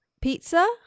pizza